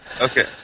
Okay